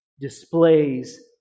displays